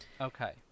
okay